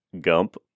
Gump